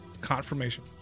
Confirmation